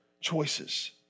choices